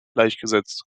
gleichgesetzt